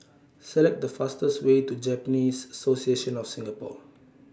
Select The fastest Way to Japanese Association of Singapore